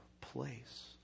place